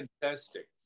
fantastic